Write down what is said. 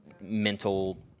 mental